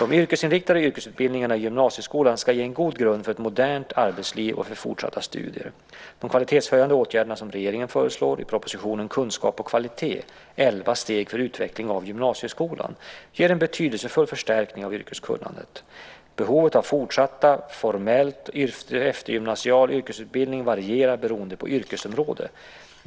De yrkesinriktade yrkesutbildningarna i gymnasieskolan ska ge en god grund för ett modernt arbetsliv och för fortsatta studier. De kvalitetshöjande åtgärder som regeringen föreslår i propositionen Kunskap och kvalitet - elva steg för utveckling av gymnasieskolan ger en betydelsefull förstärkning av yrkeskunnandet. Behovet av fortsatt formell eftergymnasial yrkesutbildning varierar beroende på yrkesområde.